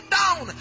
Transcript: down